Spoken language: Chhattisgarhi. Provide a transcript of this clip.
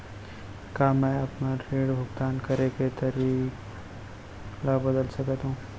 का मैं अपने ऋण भुगतान करे के तारीक ल बदल सकत हो?